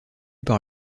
par